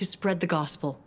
to spread the gospel